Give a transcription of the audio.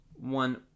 One